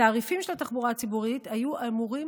התעריפים של התחבורה הציבורית היו אמורים